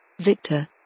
Victor